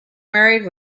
married